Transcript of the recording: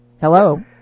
Hello